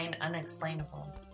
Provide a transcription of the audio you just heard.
unexplainable